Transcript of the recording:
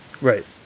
Right